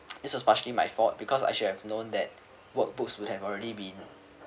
this is partially my fault because I should have known that workbooks would have already been